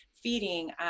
feeding